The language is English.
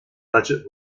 budget